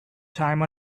time